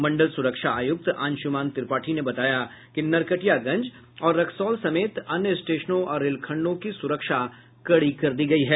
मंडल सुरक्षा आयुक्त अंश्मान त्रिपाठी ने बताया कि नरकटियागंज और रक्सौल समेत अन्य स्टेशनों और रेलखंडों की सुरक्षा कड़ी कर दी गयी है